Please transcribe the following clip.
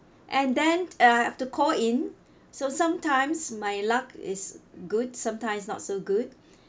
and then I have to call in so sometimes my luck is good sometimes not so good